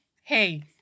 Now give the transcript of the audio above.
hey